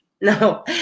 no